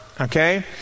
Okay